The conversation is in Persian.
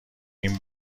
این